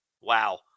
Wow